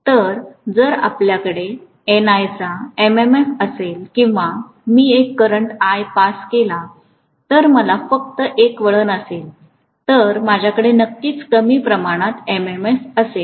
तर जर आपल्याकडे NIचा MMF असेल किंवा मी एक करंट I पास केला जर मला फक्त एक वळण असेल तर माझ्याकडे नक्कीच कमी प्रमाणात MMF असेल